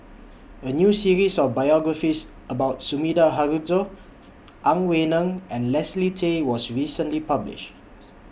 A New series of biographies about Sumida Haruzo Ang Wei Neng and Leslie Tay was recently published